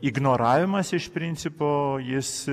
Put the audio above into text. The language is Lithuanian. ignoravimas iš principo jis